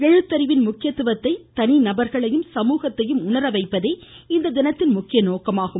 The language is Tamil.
எழுத்தறிவின் முக்கியத்துவத்தை தனி நபர்களையும் சமூகத்தையும் உணர வைப்பதே இத்தினத்தின் முக்கிய நோக்கமாகும்